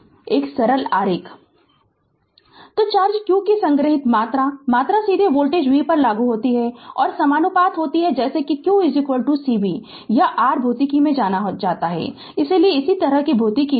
Refer Slide Time 0529 तो charge q की संग्रहीत मात्रा मात्रा सीधे वोल्टेज vपर लागू होगी और समानुपाती होती है जैसे कि q c v यह r भौतिकी से भी जाना जाता है इसलिए इसी तरह भौतिकी